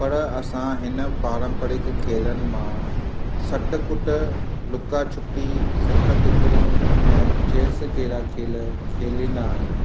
पर असां हिन पारंपरिक खेलनि मां सट कुटु लुका छुपी सत टिकड़ियूं ऐं चैस जहिड़ा खेल खेलींदा आहियूं